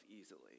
easily